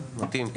מתאים.